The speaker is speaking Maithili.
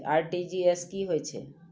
आर.टी.जी.एस की होय छै